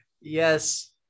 Yes